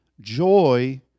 Joy